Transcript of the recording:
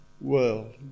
world